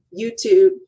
YouTube